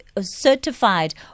certified